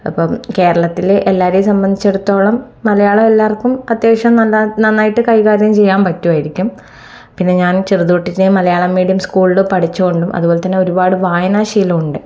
അപ്പം കേരളത്തിലെ എല്ലാവരെയും സംബന്ധിച്ചിടുത്തോളം മലയാളം എല്ലാവർക്കും അത്യാവശ്യം നല്ല നന്നായിട്ട് കൈകാര്യം ചെയ്യാൻ പറ്റുമായിരിക്കും പിന്നെ ഞാൻ ചെറുത് തൊട്ടിട്ടേ മലയാളം മീഡിയം സ്കൂളിൽ പഠിച്ചതു കൊണ്ടും അതുപോലെ തന്നെ ഒരുപാട് വായന ശീലമുണ്ട്